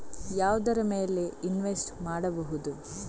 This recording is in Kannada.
ಯಾವುದರ ಮೇಲೆ ಇನ್ವೆಸ್ಟ್ ಮಾಡಬಹುದು?